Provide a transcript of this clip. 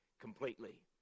completely